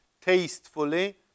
tastefully